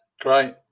Great